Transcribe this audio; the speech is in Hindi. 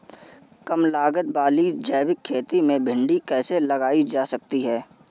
कम लागत वाली जैविक खेती में भिंडी कैसे लगाई जा सकती है?